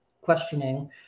questioning